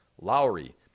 Lowry